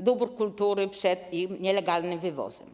dóbr kultury przed ich nielegalnym wywozem.